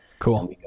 cool